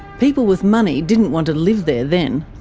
people with money didn't want to live there then.